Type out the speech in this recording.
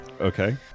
Okay